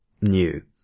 new